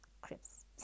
crisps